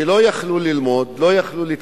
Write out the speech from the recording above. שלא היו יכולים ללמוד,